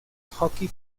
hockey